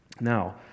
Now